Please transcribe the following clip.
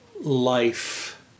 life